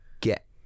get